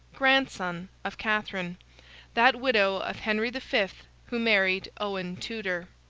grandson of catherine that widow of henry the fifth who married owen tudor.